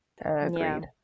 Agreed